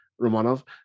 Romanov